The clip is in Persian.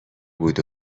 بود